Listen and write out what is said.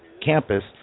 campus